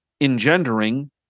engendering